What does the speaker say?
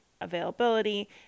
availability